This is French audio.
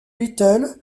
little